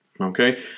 Okay